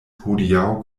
hodiaŭ